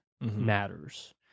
Matters